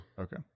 Okay